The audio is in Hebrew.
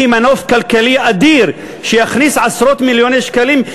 מנוף כלכלי אדיר שיכניס עשרות מיליוני שקלים,